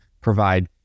provide